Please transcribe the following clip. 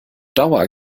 dauer